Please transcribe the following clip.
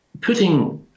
putting